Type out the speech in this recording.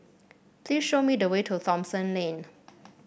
please show me the way to Thomson Lane